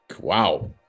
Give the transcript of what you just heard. wow